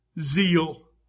zeal